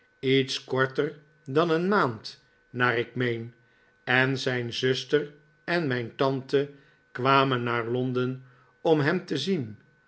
iets korter dan een maand naar ik meen en zijn zuster en mijn tante kwamen naar londen om hem te zien